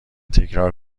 تکرار